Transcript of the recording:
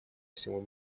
всему